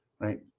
right